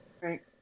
Right